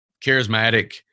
charismatic